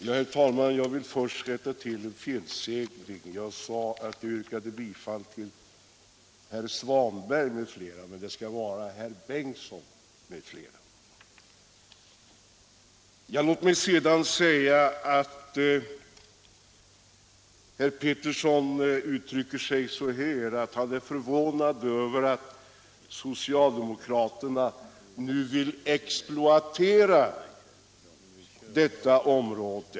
Herr talman! Herr Petersson i Ronneby säger sig vara förvånad över att socialdemokraterna nu vill, som han uttrycker det, exploatera detta område.